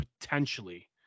potentially